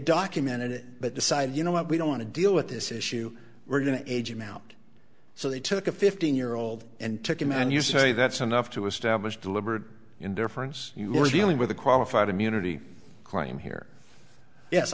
documented it but decided you know what we don't want to deal with this issue we're going to age amount so they took a fifteen year old and took him and you say that's enough to establish deliberate indifference you're dealing with a qualified immunity crime here yes